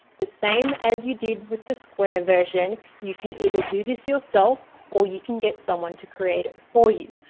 the same as you did with the square version, you can either do this yourself or you can get someone to create it for you.